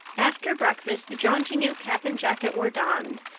after breakfast the jaunty new cap and jacket were donned,